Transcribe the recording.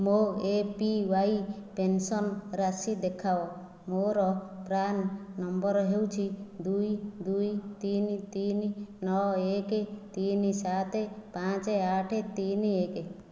ମୋ A P Y pension ରାଶି ଦେଖାଅ ମୋର ପ୍ରାନ୍ ନମ୍ବର ହେଉଛି ଦୁଇ ଦୁଇ ତିନି ତିନି ନଅ ଏକ ତିନି ସାତ ପାଞ୍ଚ ଆଠ ତିନି ଏକ